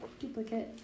Duplicate